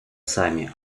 самі